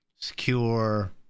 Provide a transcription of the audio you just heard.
secure